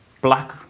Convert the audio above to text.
black